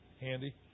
handy